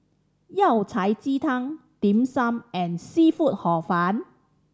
Yao Cai ji tang Dim Sum and seafood Hor Fun